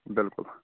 بِلکُل